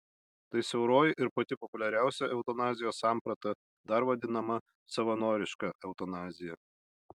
tai siauroji ir pati populiariausia eutanazijos samprata dar vadinama savanoriška eutanazija